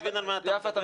אתה מבין על מה אתה מדבר?